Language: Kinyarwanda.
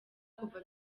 kuva